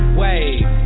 wave